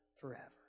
forever